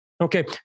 Okay